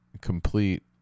complete